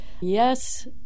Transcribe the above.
Yes